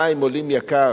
המים עולים ביוקר,